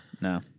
No